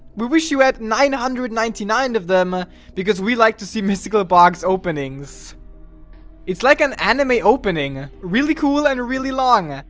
we wish you at? nine hundred and ninety nine of them because we like to see mystical box openings it's like an anime opening really cool and really long